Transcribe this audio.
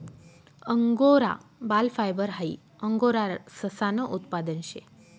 angora बाल fibre हाई angora ससानं उत्पादन शे